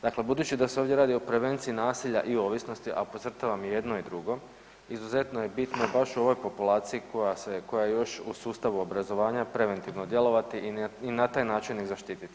Dakle, budući da se ovdje radi o prevenciji nasilja i ovisnosti, a podcrtavam i jedno i drugo, izuzetno je bitno baš u ovoj populaciji koja je još u sustavu obrazovanja preventivno djelovati i na taj način ih zaštiti.